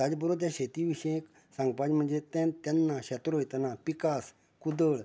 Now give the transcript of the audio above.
तांचे बरोबर त्या शेती विशयी सांगपाचे म्हणजे तें तेन्ना शेत रोयतना पिकास कुदळ